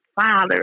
Father